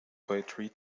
poetry